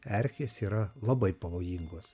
erkės yra labai pavojingos